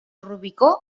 rubicó